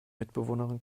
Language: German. mitbewohnerin